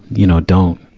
you know, don't,